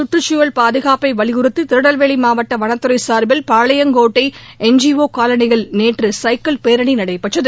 சுற்றுச்சூழல் பாதுகாப்பை வலியுறுத்தி திருநெல்வேலி மாவட்ட வனத்துறை சார்பில் பாளையங்கோட்டை என் ஜி ஓ காலணியில் நேற்று சைக்கிள் பேரணி நடைபெற்றது